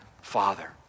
father